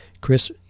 Chris